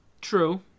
True